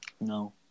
No